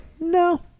no